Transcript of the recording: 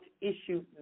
issue